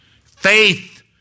Faith